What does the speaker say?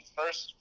first